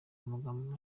amagambo